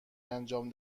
انجام